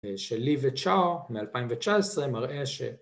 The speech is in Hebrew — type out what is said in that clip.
שלי וצ'או מ-2019 מראה ש...